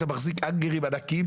אתה מחזיק האנגרים ענקיים,